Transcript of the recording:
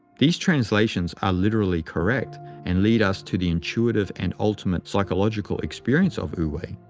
these translations are literally correct and lead us to the intuitive and ultimate psychological experience of wu-wei.